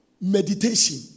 meditation